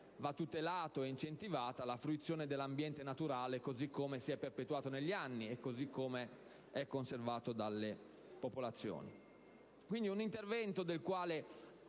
va tutelata e incentivata la fruizione dell'ambiente naturale, così come si è perpetuato negli anni e così come è stato conservato dalle popolazioni. Si tratta di un intervento per la